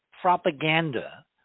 propaganda